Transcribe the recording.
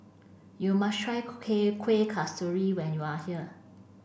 you must try Kueh Kasturi when you are here